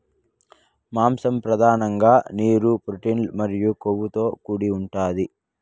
మాంసం పధానంగా నీరు, ప్రోటీన్ మరియు కొవ్వుతో కూడి ఉంటాది